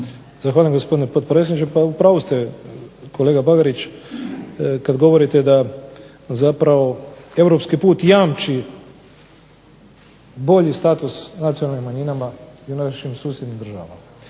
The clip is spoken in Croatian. Zahvaljujem gospodine potpredsjedniče. Pa u pravu ste kolega Bagarić kad govorite da zapravo europski put jamči bolji status nacionalnim manjinama i našim susjednim državama